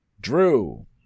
Drew